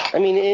i mean,